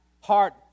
heart